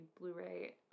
Blu-ray